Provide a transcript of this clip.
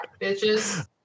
bitches